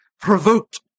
provoked